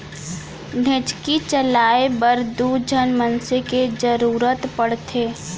ढेंकीच चलाए बर दू झन मनसे के जरूरत पड़थे